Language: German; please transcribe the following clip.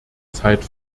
zeit